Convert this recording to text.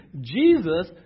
Jesus